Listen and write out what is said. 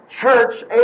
church